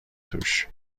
توش